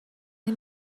این